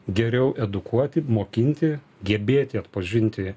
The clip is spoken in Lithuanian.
geriau edukuoti mokinti gebėti atpažinti